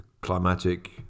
climatic